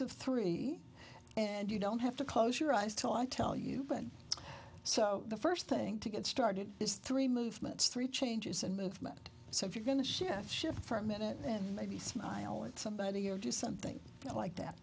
of three and you don't have to close your eyes till i tell you been so the first thing to get started is three movements three changes and movement so if you're going to shift shift for a minute then maybe smile at somebody or do something like that